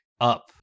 up